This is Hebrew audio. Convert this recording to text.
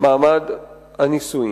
מעמד הנישואים.